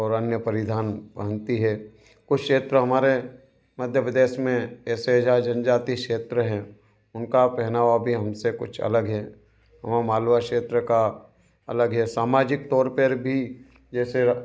और अन्य परिधान पहनती है कुछ क्षेत्र हमारे मध्यप्रदेश में ऐसे जा जनजाति क्षेत्र हैं उनका पहनावा भी हमसे कुछ अलग है वहाँ मालवा क्षेत्र का अलग है सामाजिक तौर पर भी जैसे